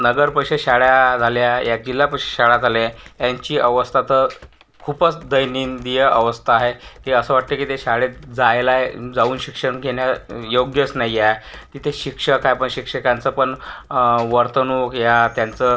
नगरपरिषद शाळा झाल्या या जिल्हापरिषद शाळा झाल्या यांची अवस्था तर खूपच दयनिंदिय अवस्था आहे ते असं वाटतं की ते शाळेत जायला जाऊन शिक्षण घेणं योग्यच नाही आहे तिथे शिक्षक हाय पण शिक्षकांचं पण वर्तणूक ह्या त्यांचं